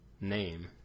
name